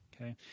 okay